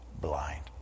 blind